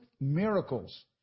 miracles